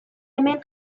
hemen